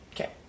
Okay